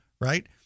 right